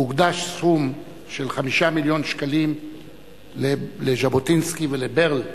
הוקדש סכום של 5 מיליון ש"ח לז'בוטינסקי ולברל,